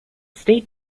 state